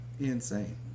Insane